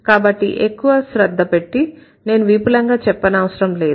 కాబట్టి ఎక్కువ శ్రద్ద పెట్టి నేను విపులంగా చెప్పనవసరం లేదు